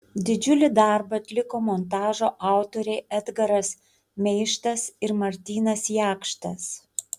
didžiulį darbą atliko montažo autoriai edgaras meištas ir martynas jakštas